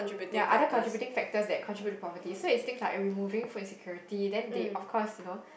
ya other contributing factors that contribute to poverty so is things like removing food insecurity then they of course you know